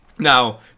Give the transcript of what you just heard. Now